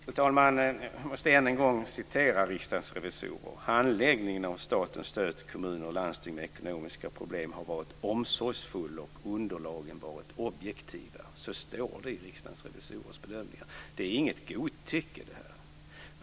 Fru talman! Jag måste än en gång nämna vad Riksdagens revisorer skrivit: Handläggningen av statens stöd till kommuner och landsting med ekonomiska problem har varit omsorgsfull, och underlagen har varit objektiva. Så står det i Riksdagens revisorers bedömning. Det är inget godtycke.